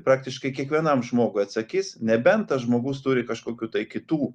praktiškai kiekvienam žmogui atsakys nebent tas žmogus turi kažkokių tai kitų